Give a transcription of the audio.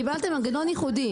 קיבלתם מנגנון ייחודי.